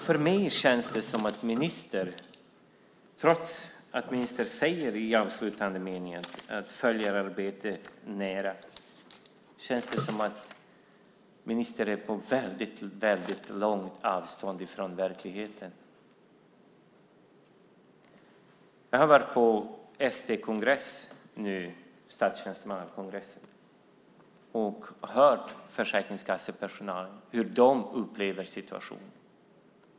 För mig känns det som att ministern, trots att hon i den avslutande meningen säger att hon följer arbetet nära, står väldigt långt från verkligheten. Jag har varit på ST-kongress och hört hur försäkringskassepersonal upplever situationen.